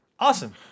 Awesome